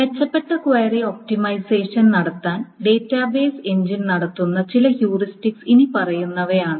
മെച്ചപ്പെട്ട query optimisation നടത്താൻ database engine നടത്തുന്ന ചില ഹ്യൂറിസ്റ്റിക്സ് ഇനിപ്പറയുന്നവയാണ്